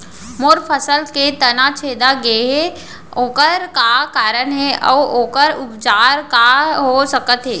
मोर फसल के तना छेदा गेहे ओखर का कारण हे अऊ ओखर उपचार का हो सकत हे?